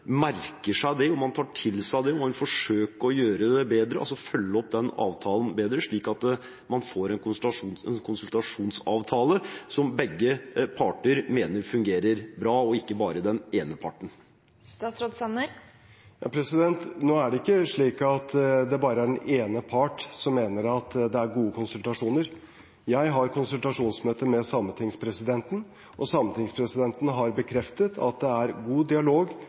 merker seg det, om han tar til seg det, og om han forsøker å gjøre det bedre – altså følge opp den avtalen bedre, slik at man får en konsultasjonsavtale som begge parter mener fungerer bra, og ikke bare den ene parten. Nå er det ikke slik at det bare er den ene parten som mener at det er gode konsultasjoner. Jeg har konsultasjonsmøter med sametingspresidenten, og sametingspresidenten har bekreftet at det er god dialog